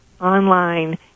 online